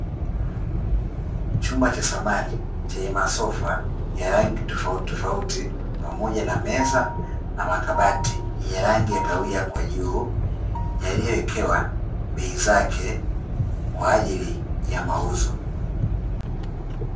Chumba cha samani chenye masofa ya rangi tofautitofauti pamoja na meza na makabati yenye rangi ya kahawia kwa juu, yaliyowekewa bei zake kwa ajili ya mauzo.